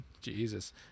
Jesus